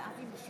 זאת לא הדרך.